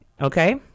okay